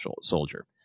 soldier